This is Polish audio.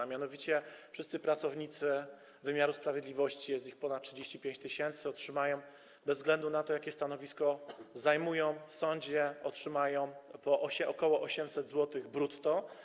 A mianowicie wszyscy pracownicy wymiaru sprawiedliwości, a jest ich ponad 35 tys., otrzymają bez względu na to, jakie stanowisko zajmują w sądzie, po ok. 800 zł brutto.